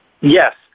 Yes